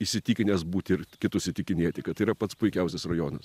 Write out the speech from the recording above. įsitikinęs būti ir kitus įtikinėti kad tai yra pats puikiausias rajonas